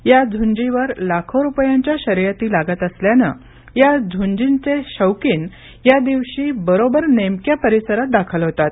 या झूंजीवर लाखो रुपयाच्या शर्यती लागत असल्यानं या झूंजीचे शौकीन या दिवशी बरोबर नेमक्या परिसरात दाखल होतात